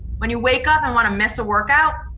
when you wake up and want to miss a workout,